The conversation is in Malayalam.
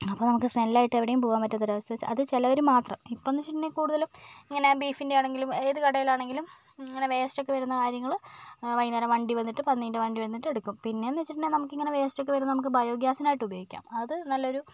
അപ്പം നമുക്ക് സ്മെൽ ആയിട്ട് എവിടെയും പോകാൻ പറ്റാത്ത ഒരു അവസ്ഥ അത് ചിലവര് മാത്രം ഇപ്പം എന്ന് വെച്ചിട്ടുണ്ടെങ്കില് കൂടുതലും ഇങ്ങനെ ബീഫിൻ്റെ ആണെങ്കിലും ഏത് കടയിലാണെങ്കിലും ഇങ്ങനെ വേസ്റ്റ് ഒക്കെ വരുന്ന കാര്യങ്ങള് വൈകുന്നേരം വണ്ടി വന്നിട്ട് പന്നിൻ്റെ വണ്ടി വന്നിട്ട് എടുക്കും പിന്നെ എന്ന് വെച്ചിട്ടുണ്ടെങ്കില് നമുക്കിങ്ങനെ വേസ്റ്റ് ഒക്കെ വരും നമുക്ക് ബയോ ഗ്യാസിനായിട്ട് ഉപയോഗിക്കാം അത് നല്ലൊരു